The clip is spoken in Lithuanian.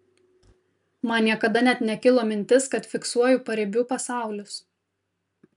man niekada net nekilo mintis kad fiksuoju paribių pasaulius